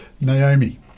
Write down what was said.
Naomi